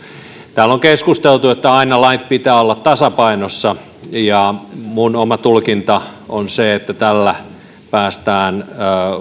täällä on keskusteltu että aina lakien pitää olla tasapainossa ja minun oma tulkintani on se että tällä päästään